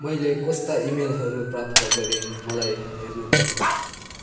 मैले कस्ता इमेलहरू प्राप्त गरेँ मलाई हेर्न दिनुहोस्